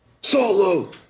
Solo